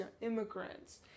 immigrants